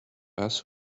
fast